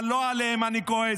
אבל לא עליהם אני כועס.